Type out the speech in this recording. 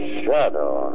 shadow